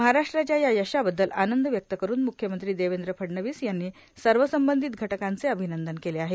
महाराष्ट्राच्या या यशाबद्दल आनंद व्यक्त करुन म्ख्यमंत्री देवेंद्र फडणवीस यांनी सर्व संबंधित घटकांचे अभिनंदन केलं आहे